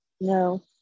No